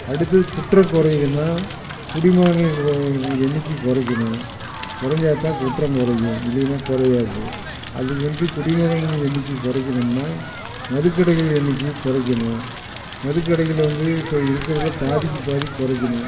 அடுத்தது குற்றம் குறையுதுன்னால் குடிமகன்கள் எண்ணிக்கையை குறைக்கணும் குறஞ்சா தான் குற்றம் குறையும் இல்லைனா குறையாது அது வந்து குடிமகன்கள் எண்ணிக்கை குறைக்கணும்னா மதுக்கடைகள் எண்ணிக்கையை குறைக்கணும் மதுக்கடைகள் வந்து இப்போ இருக்கிறதுல பாதிக்கி பாதி குறைக்கணும்